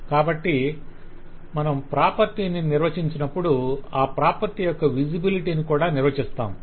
కాబట్టి మనం ప్రాపర్టీ ని నిర్వచించినప్పుడు ఆ ప్రాపర్టీ యొక్క విజిబిలిటీ ను కూడా నిర్వచిస్తాము